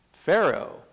Pharaoh